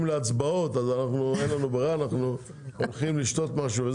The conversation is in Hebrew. להצבעות אין לנו ברירה ואנחנו הולכים לשתות משהו.